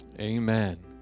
Amen